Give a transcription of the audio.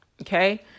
okay